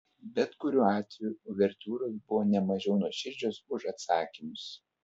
bet kuriuo atveju uvertiūros buvo ne mažiau nuoširdžios už atsakymus